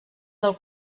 del